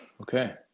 okay